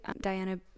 diana